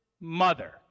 mother